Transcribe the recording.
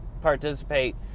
participate